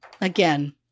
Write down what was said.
again